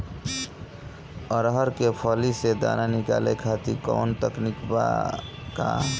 अरहर के फली से दाना निकाले खातिर कवन तकनीक बा का?